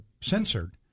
censored